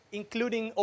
including